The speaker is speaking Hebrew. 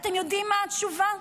אתם יודעים מה התשובה?